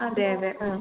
അതെ അതെ ആ